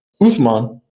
Uthman